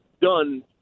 done